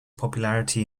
popularity